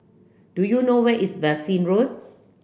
do you know where is Bassein Road